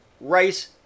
Rice